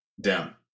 Down